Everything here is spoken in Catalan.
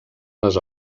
les